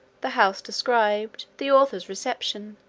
the house described. the author's reception.